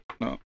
No